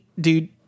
dude